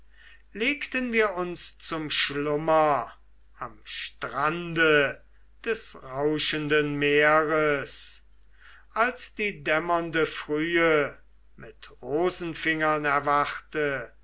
legten wir uns zum schlummer am strande des rauschenden meeres als die dämmernde frühe mit rosenfingern erwachte